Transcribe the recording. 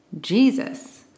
Jesus